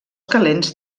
calents